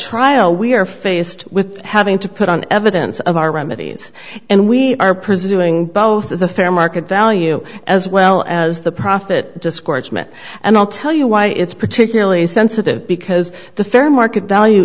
trial we are faced with having to put on evidence of our remedies and we are pursuing both as a fair market value as well as the profit discouragement and i'll tell you why it's particularly sensitive because the fair market value